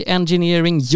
Engineering